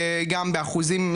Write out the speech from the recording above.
גם באחוזים,